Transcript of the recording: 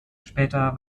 später